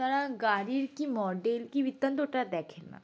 তারা গাড়ির কী মডেল কী বৃত্তান্ত ওটা আর দেখে না